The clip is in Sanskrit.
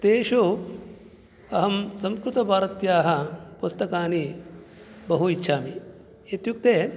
तेषु अहं संस्कृतभारत्याः पुस्तकानि बहु इच्छामि इत्युक्ते